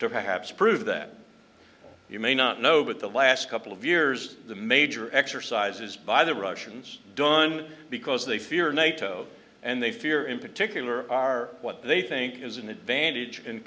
to perhaps prove that you may not know but the last couple of years the major exercises by the russians don because they fear nato and they fear in particular are what they think is an advantage